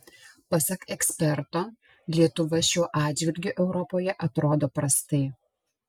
pasak eksperto lietuva šiuo atžvilgiu europoje atrodo prastai